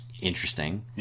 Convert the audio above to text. Interesting